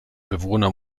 bewohner